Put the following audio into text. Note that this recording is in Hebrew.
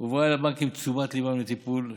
הועברה אל הבנקים לתשומת ליבם ולטיפולם,